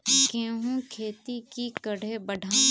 गेंहू खेती की करे बढ़ाम?